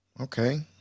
Okay